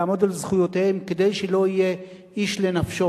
על-פי התקנון אין הצעות נוספות.